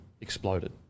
exploded